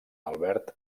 albert